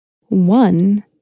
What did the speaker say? One